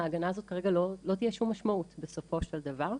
להגנה הזאת כרגע לא תהיה שום משמעות בסופו של דבר.